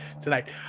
tonight